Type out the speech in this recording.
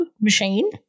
machine